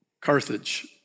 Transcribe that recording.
Carthage